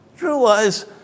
Realize